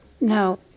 No